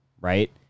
right